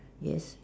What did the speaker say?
yes